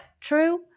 True